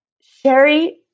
Sherry